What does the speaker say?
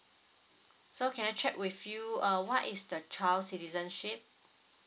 so can I check with you uh what is the child citizenship